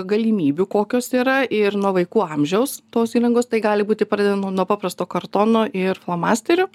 galimybių kokios yra ir nuo vaikų amžiaus tos įrangos tai gali būti pradeda nuo paprasto kartono ir flomasterių